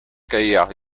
käia